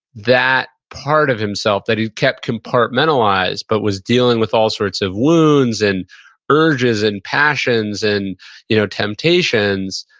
that part of himself that he kept compartmentalized, but was dealing with all sorts of wounds, and urges, and passions, and you know temptations,